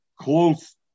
close